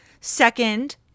Second